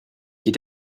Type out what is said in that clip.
geht